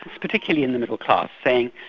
particularly in the middle-class saying,